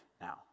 now